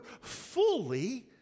fully